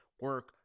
Work